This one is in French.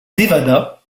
nevada